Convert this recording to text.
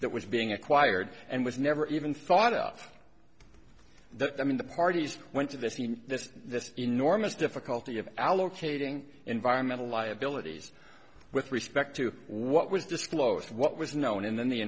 that was being acquired and was never even thought of them in the parties went to the scene this enormous difficulty of allocating environmental liabilities with respect to what was disclosed what was known in the in the